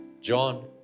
John